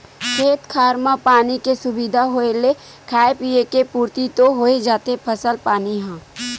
खेत खार म पानी के सुबिधा होय ले खाय पींए के पुरति तो होइ जाथे फसल पानी ह